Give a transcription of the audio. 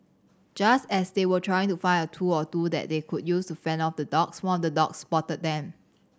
just as they were trying to find a tool or two that they could use to fend off the dogs one of the dogs spotted them